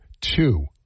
two